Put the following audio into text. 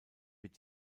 wird